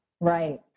Right